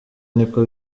niko